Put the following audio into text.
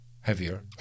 heavier